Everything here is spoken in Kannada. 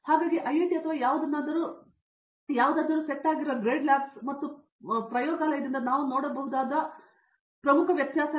ಹಾಗಾಗಿ ಐಐಟಿ ಅಥವಾ ಯಾವುದನ್ನಾದರೂ ನೀವು ಸೆಟ್ ಮಾಡುತ್ತಿರುವ ಗ್ರೇಡ್ ಲ್ಯಾಬ್ಸ್ ಮತ್ತು ಪ್ರಯೋಗಾಲಯದಿಂದ ನಾವು ನೋಡಬಹುದಾದ ಪ್ರಮುಖ ವ್ಯತ್ಯಾಸವೇನು